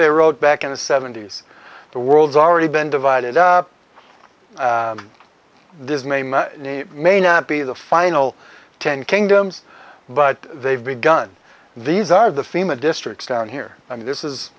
they wrote back in the seventy's the world's already been divided this may or may not be the final ten kingdoms but they've begun these are the fema districts down here i mean this is